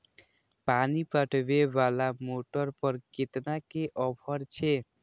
पानी पटवेवाला मोटर पर केतना के ऑफर छे?